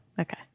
Okay